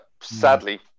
sadly